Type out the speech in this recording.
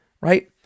right